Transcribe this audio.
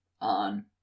on